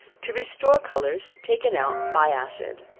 to restore colors taken out by acid,